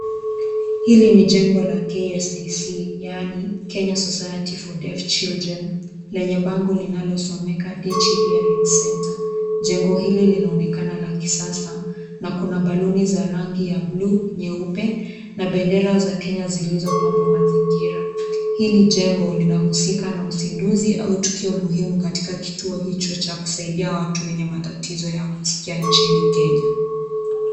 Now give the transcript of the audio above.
Hili ni jengo la KSDC yaani Kenya Society for Deaf Children, lenye bango linalo someka Dechi Hearing Center. Jengo hili linaonekana la kisasa na kuna(CS) baloon(CS)za rangi ya bluu, nyeupe na bendera za kenya zilizopamba mazingira. Hili jengo linahusika na usinduzi au tukio muhimu katika kituo hicho ya kusaidia watu wenye matatizo ya kuskia nchini Kenya.